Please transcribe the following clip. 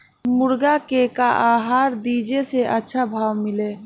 मुर्गा के का आहार दी जे से अच्छा भाव मिले?